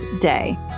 day